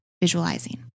visualizing